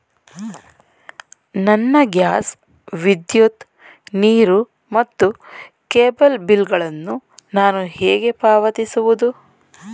ನನ್ನ ಗ್ಯಾಸ್, ವಿದ್ಯುತ್, ನೀರು ಮತ್ತು ಕೇಬಲ್ ಬಿಲ್ ಗಳನ್ನು ನಾನು ಹೇಗೆ ಪಾವತಿಸುವುದು?